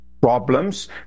problems